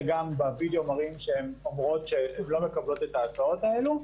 שגם בווידאו מראים שהן אומרות שהן לא מקבלות את ההצעות האלו,